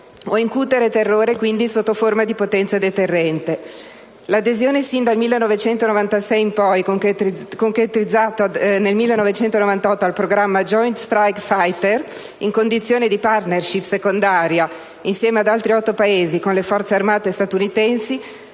o incutere terrore, e quindi sotto forma di potenza deterrente. L'adesione sin dal 1996 in poi, concretizzata nel 1998, al programma *Joint Strike Fighter* in condizione di *partnership* secondaria insieme ad altri sette Paesi con le Forze armate statunitensi